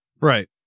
right